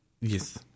Yes